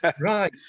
Right